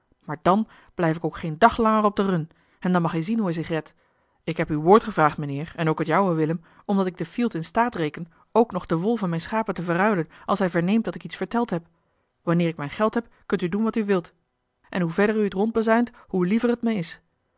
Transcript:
maar dan blijf ik ook geen dag langer op de run en dan mag hij zien hoe hij zich redt ik heb uw woord gevraagd mijnheer en ook t jouwe willem omdat ik den fielt in staat reken ook nog de wol van mijne schapen te verruilen als hij verneemt dat ik iets verteld heb wanneer ik mijn geld heb kunt u doen wat u wilt en hoe verder u het rondbazuint hoe liever het mij is